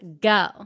go